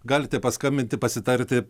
galite paskambinti pasitarti